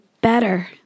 better